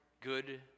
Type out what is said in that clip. good